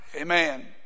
Amen